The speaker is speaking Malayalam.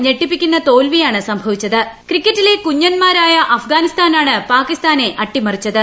ഞെട്ടിപ്പിക്കുന്ന തോൽപീയാണ് ക്രിക്കറ്റിലെ കുഞ്ഞന്മാരായ അഫ്ഗാനിസ്ഥാനാണ് പാക്കിസ്ഥാനെ അട്ടിമറിച്ചത്